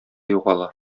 югала